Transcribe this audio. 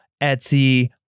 Etsy